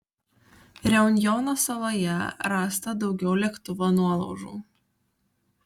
reunjono saloje rasta daugiau lėktuvo nuolaužų